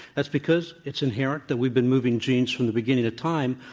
that's because it's inherent that we've been moving genes from the beginning of time,